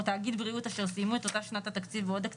או תאגיד בריאות אשר סיימו את אותה שנת התקציב בעודף